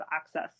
access